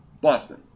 Boston